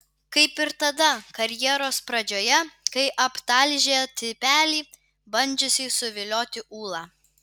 kaip ir tada karjeros pradžioje kai aptalžė tipelį bandžiusį suvilioti ūlą